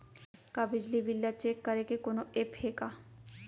का बिजली बिल ल चेक करे के कोनो ऐप्प हे का?